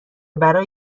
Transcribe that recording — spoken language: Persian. برای